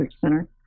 Center